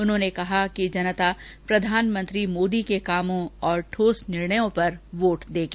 उन्होंने कहा कि जनता प्रधानमंत्री मोदी के कामों और ठोस निर्णयों पर वोट देगी